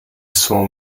saw